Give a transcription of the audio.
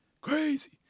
crazy